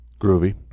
Groovy